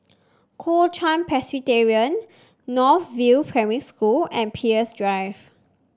Kuo Chuan Presbyterian North View Primary School and Peirce Drive